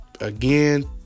again